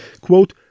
quote